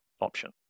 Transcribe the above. option